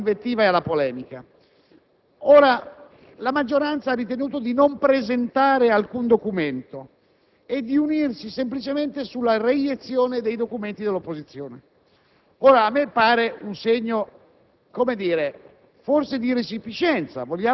Presidente, ho pochi minuti e non voglio ridurmi solamente all'invettiva e alla polemica. La maggioranza ha ritenuto di non presentare alcun documento e di unirsi semplicemente nella reiezione delle mozioni presentate dall'opposizione.